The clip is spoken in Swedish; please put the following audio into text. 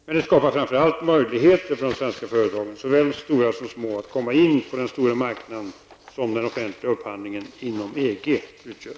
Men det skapar framför allt möjligheter för de svenska företagen, såväl stora som små, att komma in på den stora marknad som den offentliga upphandlingen inom EG utgör.